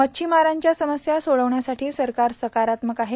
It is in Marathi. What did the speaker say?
मच्छीमारांच्या समस्या सोडविण्यासाठी सरकार सकारात्मक आहे